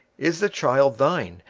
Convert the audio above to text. is the child thine?